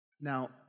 Now